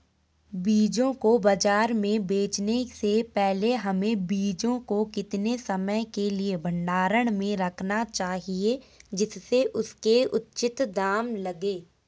बीजों को बाज़ार में बेचने से पहले हमें बीजों को कितने समय के लिए भंडारण में रखना चाहिए जिससे उसके उचित दाम लगें?